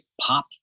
pop